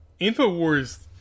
InfoWars